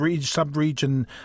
sub-region